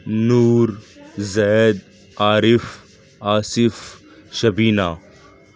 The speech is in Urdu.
نور زید عارف آصف شبینہ